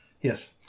Yes